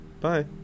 bye